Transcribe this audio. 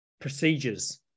procedures